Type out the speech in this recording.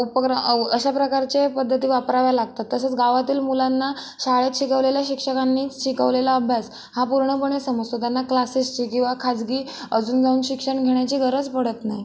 उपक्रम अश्या प्रकारचे पद्धती वापराव्या लागतात तसेच गावातील मुलांना शाळेत शिकवलेल्या शिक्षकांनीच शिकवलेला अभ्यास हा पूर्णपणे समजतो त्यांना क्लासेसची किंवा खाजगी अजून जाऊन शिक्षण घेण्याची गरज पडत नाही